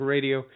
Radio